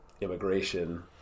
immigration